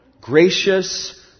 gracious